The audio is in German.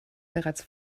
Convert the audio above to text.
bereits